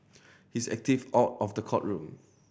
he is active out of the courtroom